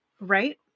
Right